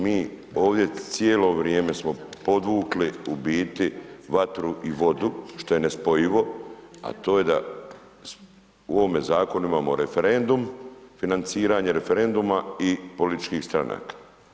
Mi ovdje cijelo vrijeme smo podvukli u biti vatru i vodu što je nespojivo a to je da u ovim zakonima imamo referendum, financiranje referenduma i političkih stranaka.